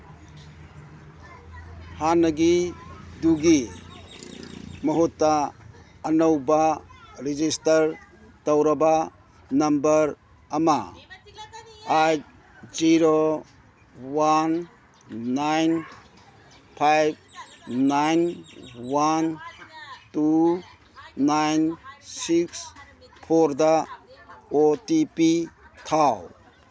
ꯍꯥꯟꯅꯒꯤꯗꯨꯒꯤ ꯃꯍꯨꯠꯇ ꯑꯅꯧꯕ ꯔꯦꯖꯤꯁꯇꯔ ꯇꯧꯔꯕ ꯅꯝꯕꯔ ꯑꯃ eight zero one nine five nine one two nine six ꯐꯣꯔꯗ ꯑꯣ ꯇꯤ ꯄꯤ ꯊꯥꯎ